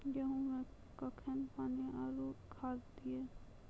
गेहूँ मे कखेन पानी आरु खाद दिये?